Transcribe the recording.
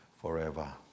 forever